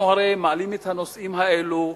אנחנו הרי מעלים את הנושאים האלו,